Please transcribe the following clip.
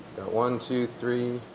one, two, three.